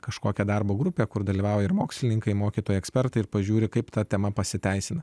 kažkokią darbo grupę kur dalyvavo ir mokslininkai mokytojai ekspertai ir pažiūri kaip ta tema pasiteisina